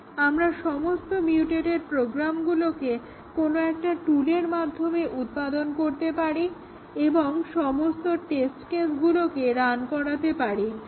আমরা সমস্ত মিউটেটেড প্রোগ্রামগুলোকে কোনো একটা টুলের মাধ্যমে উৎপন্ন করতে পারি এবং সমস্ত টেস্ট কেসগুলোকে রান করাতে পারি এবং চেক করতে পারি যে এই টেষ্ট কেসগুলো পাস করছে না ফেল করছে